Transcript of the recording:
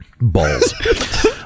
balls